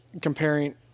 comparing